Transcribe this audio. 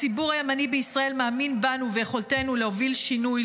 הציבור הימני בישראל מאמין בנו וביכולתנו להוביל שינוי,